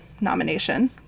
nomination